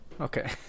Okay